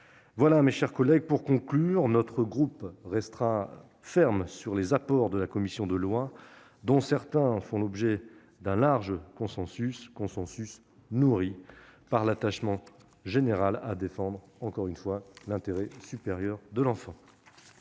mes chers collègues, j'y insiste, notre groupe restera ferme sur les apports de la commission des lois, dont certains font l'objet d'un large consensus, nourri par l'attachement général à défendre l'intérêt supérieur de l'enfant.